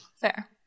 Fair